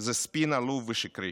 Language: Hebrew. הן ספין עלוב ושקרי.